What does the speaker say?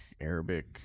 Arabic